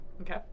Okay